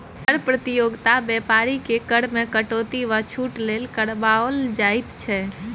कर प्रतियोगिता बेपारीकेँ कर मे कटौती वा छूट लेल करबाओल जाइत छै